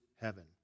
heaven